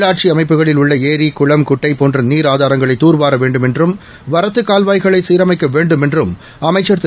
உள்ளாட்சி அமைப்புகளில் உள்ள ஏரி குளம் குட்டை போன்ற நீர்ஆதாரங்களை துர்வார வேண்டும் என்றும் வரத்துக் கால்வாய்களை சீர்மக்க வேண்டும் என்றும் அமைச்சர் திரு